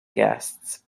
guests